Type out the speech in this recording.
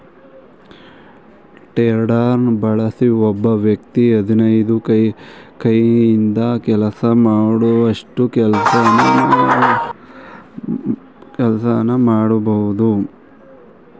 ಟೆಡರ್ನ ಬಳಸಿ ಒಬ್ಬ ವ್ಯಕ್ತಿ ಹದಿನೈದು ಕೈಯಿಂದ ಕೆಲಸ ಮಾಡೋಷ್ಟು ಕೆಲ್ಸನ ಮಾಡ್ಬೋದು